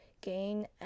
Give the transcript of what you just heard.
gain